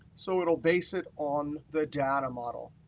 so it will base it on the data model.